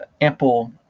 ample